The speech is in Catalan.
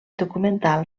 documental